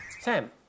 Sam